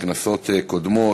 בכנסות קודמות.